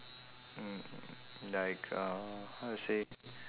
mm like uh how to say